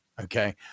okay